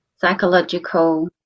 psychological